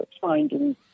findings